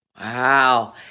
Wow